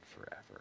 forever